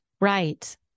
Right